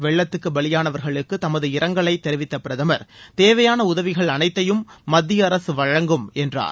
வெள்ளத்துக்கு பலியாளவா்களுக்கு தமது இரங்கலை தெிவித்த பிரதமா தேவையான உதவிகள் அனைத்தையும் மத்திய அரசு வழங்கும் என்றார்